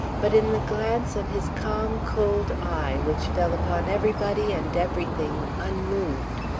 but in the glance of his calm, cold eye, which fell upon everybody and everything unmoved,